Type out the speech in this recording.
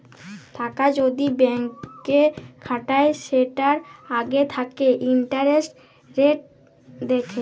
টাকা যদি ব্যাংকে খাটায় সেটার আগে থাকে ইন্টারেস্ট রেট দেখে